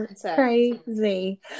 crazy